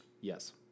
Yes